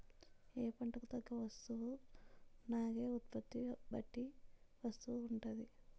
ఏ పంటకు తగ్గ వస్తువునాగే ఉత్పత్తి బట్టి వస్తువు ఉంటాది